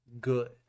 Good